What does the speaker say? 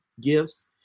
gifts